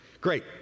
great